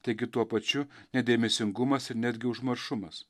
taigi tuo pačiu nedėmesingumas ir netgi užmaršumas